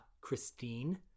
Christine